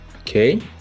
okay